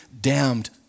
damned